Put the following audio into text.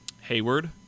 Hayward